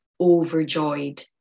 overjoyed